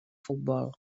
futbol